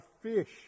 fish